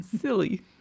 Silly